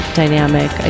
dynamic